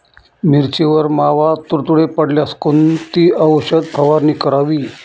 मिरचीवर मावा, तुडतुडे पडल्यास कोणती औषध फवारणी करावी?